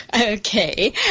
okay